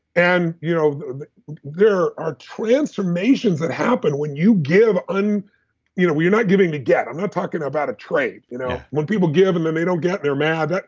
and you know there are transformations that happen when you give, and you know you're not giving to get. i'm not talking about a trade you know when people give and then they don't get, they're mad.